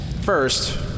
First